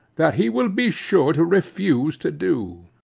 that he will be sure to refuse to do?